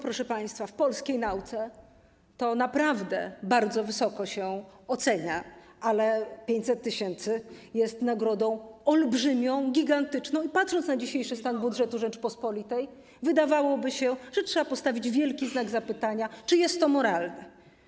Proszę państwa, w polskiej nauce to naprawdę bardzo wysoko się ocenia, ale 500 tys. jest nagrodą olbrzymią, gigantyczną i patrząc na dzisiejszy stan budżetu Rzeczypospolitej, wydawałoby się, że trzeba postawić wielki znak zapytania, czy jest to moralne.